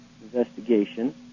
investigation